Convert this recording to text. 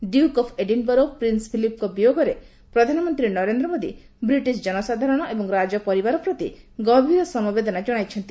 Duke of ଏଡ଼ିନ୍ବର୍ଗରେ prince ଫିଲିପ୍ଙ୍କ ବିୟୋଗରେ ପ୍ରଧାନମନ୍ତ୍ରୀ ନରେନ୍ଦ୍ର ମୋଦି ବ୍ରିଟିଶ ଜନସାଧାରଣ ଏବଂ ରାଜ ପରିବାର ପ୍ରତି ଗଭୀର ସମବେଦନା ଜଣାଇଛନ୍ତି